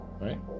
right